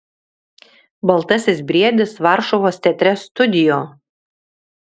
baltasis briedis varšuvos teatre studio